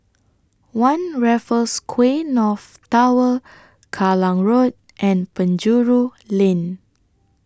one Raffles Quay North Tower Kallang Road and Penjuru Lane